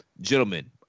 gentlemen